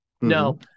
No